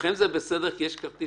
מי שמקבל